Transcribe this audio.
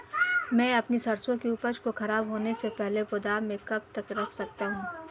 मैं अपनी सरसों की उपज को खराब होने से पहले गोदाम में कब तक रख सकता हूँ?